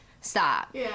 stop